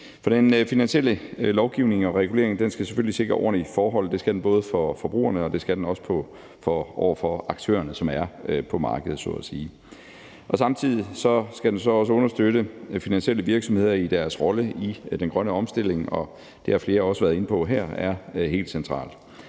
Den finansielle lovgivning og regulering skal selvfølgelig sikre ordentlige forhold. Det skal den både for forbrugerne og også for aktørerne, som er på markedet så at sige. Samtidig skal den så også understøtte finansielle virksomheder i deres rolle i den grønne omstilling, og det har flere også været inde på her er helt centralt.